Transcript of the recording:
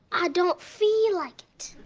i don't feel like it.